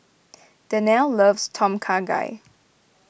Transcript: Danelle loves Tom Kha Gai